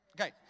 Okay